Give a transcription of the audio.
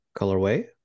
colorway